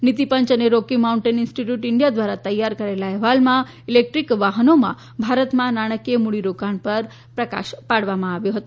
નીતિ પંચ અને રોકી માઉન્ટેન ઇન્સ્ટિટ્યૂટ ઈન્ડિયા દ્વારા તૈયાર કરાયેલા અહેવાલમાં ઇલેક્ટ્રિક વાહનોમાં ભારતમાં નાણાકીય મૂડીરોકાણ પર પ્રકાશ પાડવામાં આવ્યો છે